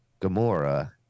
Gamora